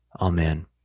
amen